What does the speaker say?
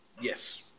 Yes